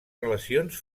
relacions